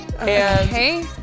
Okay